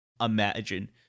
imagine